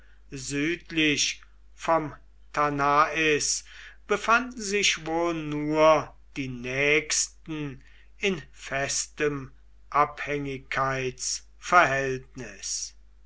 südlich vom tanais befanden sich wohl nur die nächsten in festem abhängigkeitsverhältnis